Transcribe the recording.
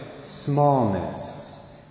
smallness